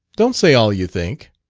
don't say all you think.